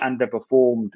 underperformed